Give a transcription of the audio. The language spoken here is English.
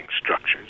structures